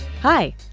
Hi